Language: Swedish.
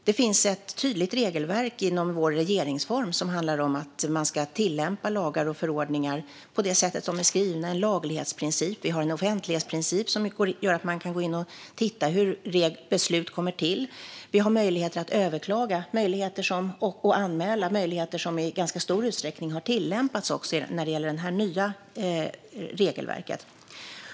Det finns ett tydligt regelverk inom vår regeringsform som handlar om att man ska tillämpa lagar och förordningar på det sätt som de är skrivna, en laglighetsprincip, och vi har en offentlighetsprincip som gör att man kan gå in och titta hur beslut kommer till. Vi har möjligheter att överklaga och anmäla. Det är möjligheter som i ganska stor utsträckning har tillämpats också när det gäller det nya regelverket.